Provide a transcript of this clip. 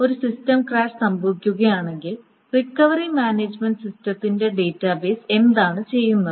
ഒരു system crash സംഭവിക്കുകയാണെങ്കിൽ recovery management സിസ്റ്റത്തിന്റെ ഡാറ്റാബേസ് എന്താണ് ചെയ്യുന്നത്